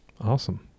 Awesome